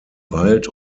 wald